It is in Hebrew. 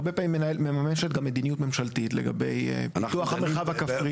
הרבה פעמים גם מממשת גם מדיניות ממשלתית לגבי פיתוח המרחב הכפרי.